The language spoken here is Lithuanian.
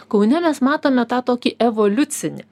kaune mes matome tą tokį evoliucinį